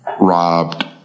robbed